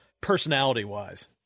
personality-wise